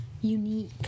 unique